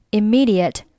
immediate